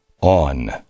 on